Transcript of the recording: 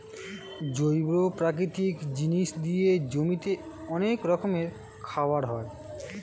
জৈব প্রাকৃতিক জিনিস দিয়ে জমিতে অনেক রকমের খাবার হয়